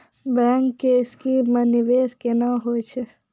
Bank के scheme मे निवेश केना होय छै?